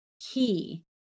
key